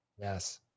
Yes